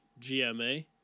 GMA